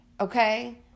okay